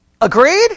Agreed